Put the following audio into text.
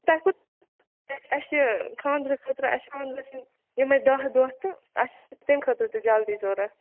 تۄہہِ اَسہِ چھُ خانٛدرٕ خٲطرٕ اَسہِ چھُ یِمَے دَہ دۄہ تہٕ اَسہِ چھُ تَمہِ خٲطرٕ تہِ جلدی ضوٚرَتھ